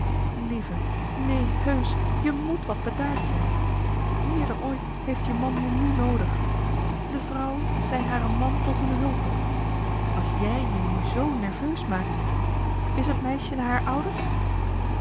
lieve nee heusch je met wat bedaard zijn meer dan ooit heeft je man je nu noodig de vrouw zij haren man tot een hulpe als jij je nu z nerveus maakt is het meisje naar haar ouders